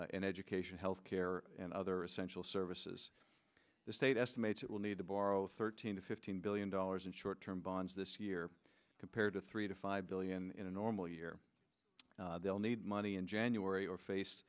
in education health care and other essential services the state estimates it will need to borrow thirteen to fifteen billion dollars in short term bonds this year compared to three to five billion in a normal year they'll need money in january or face